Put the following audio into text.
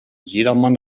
jedermann